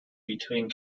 between